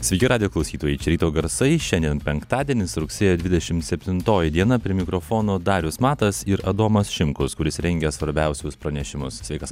sveiki radijo klausytojai čia ryto garsai šiandien penktadienis rugsėjo dvidešim septintoji diena prie mikrofono darius matas ir adomas šimkus kuris rengia svarbiausius pranešimus sveikas